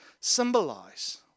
symbolize